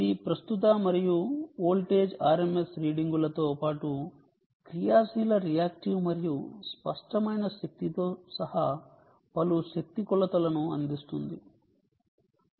ఇది ప్రస్తుత మరియు వోల్టేజ్ RMS రీడింగులతో పాటు క్రియాశీల రియాక్టివ్ మరియు స్పష్టమైన శక్తితో సహా పలు శక్తి కొలతలను అందిస్తుంది